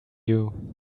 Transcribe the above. you